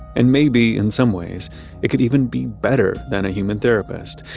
and maybe in some ways it could even be better than a human therapist.